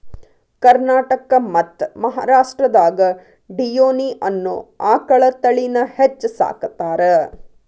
ಕರ್ನಾಟಕ ಮತ್ತ್ ಮಹಾರಾಷ್ಟ್ರದಾಗ ಡಿಯೋನಿ ಅನ್ನೋ ಆಕಳ ತಳಿನ ಹೆಚ್ಚ್ ಸಾಕತಾರ